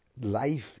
life